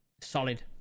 Solid